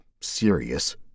serious